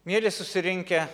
mieli susirinkę